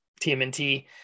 TMNT